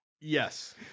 Yes